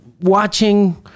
watching